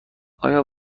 آیا